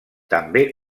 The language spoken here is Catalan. també